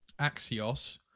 Axios